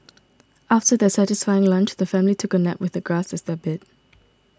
after their satisfying lunch the family took a nap with the grass as their bed